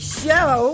show